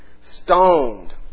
stoned